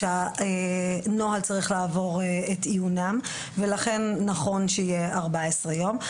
שהנוהל צריך לעבור את עיונם ולכן נכון שיהיה 14 יום.